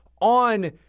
on